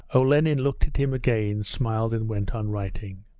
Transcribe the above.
olenin looked at him again, smiled, and went on writing.